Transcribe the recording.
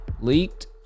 Leaked